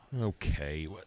Okay